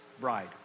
bride